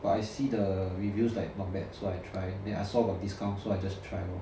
but I see the reviews like not bad so I try then I saw got discount so I just try lor